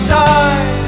die